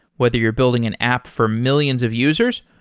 whether you're building an app for millions of users,